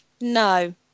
No